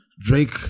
Drake